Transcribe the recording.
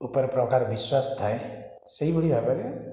ଉପରେ ପ୍ରଗାଢ଼ ବିଶ୍ଵାସ ଥାଏ ସେହିଭଳି ଭାବରେ